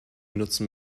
nutzen